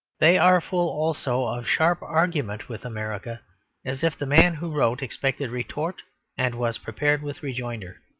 they are full also of sharp argument with america as if the man who wrote expected retort and was prepared with rejoinder.